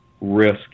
risk